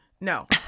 No